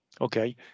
Okay